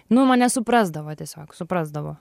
nu mane suprasdavo tiesiog suprasdavo